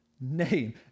name